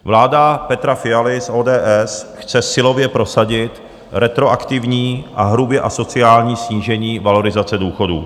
Vláda Petra Fialy z ODS chce silově prosadit retroaktivní a hrubě asociální snížení valorizace důchodů.